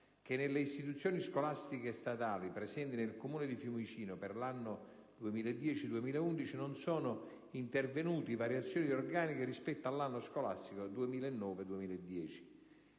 che nelle istituzioni scolastiche statali presenti nel Comune di Fiumicino per l'anno scolastico 2010-2011 non sono intervenute variazioni di organico rispetto all'anno scolastico 2009-2010.